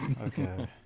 Okay